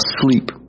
sleep